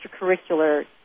extracurricular